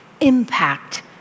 impact